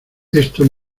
esto